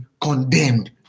condemned